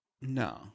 No